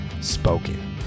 spoken